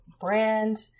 brand